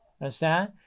Understand